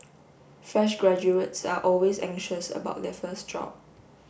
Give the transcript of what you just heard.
fresh graduates are always anxious about their first job